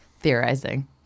theorizing